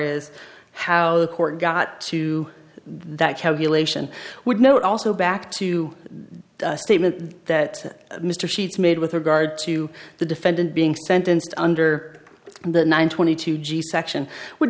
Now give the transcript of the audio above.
as how court got to that calculation would note also back to the statement that mr sheets made with regard to the defendant being sentenced under the nine twenty two g section would